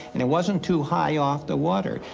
and it wasn't too high off the water.